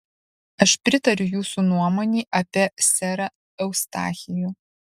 aš pritariu jūsų nuomonei apie serą eustachijų